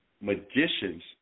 magicians